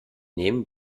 nehmen